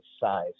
size